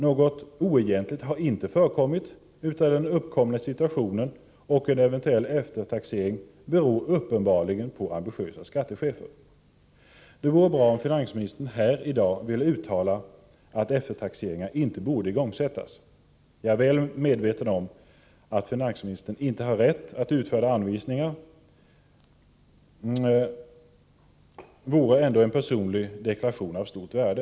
Något oegentligt har inte förekommit, utan den uppkomna situationen — och en eventuell eftertaxering — beror uppenbarligen på ambitiösa skattechefer. Det vore bra om finansministern här i dag ville uttala att eftertaxeringar inte borde igångsättas. Även om jag är väl medveten om att finansministern inte har rätt att utfärda anvisningar, vore ändå en personlig deklaration av stort värde.